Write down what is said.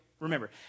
Remember